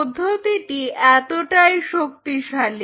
পদ্ধতিটি এতটাই শক্তিশালী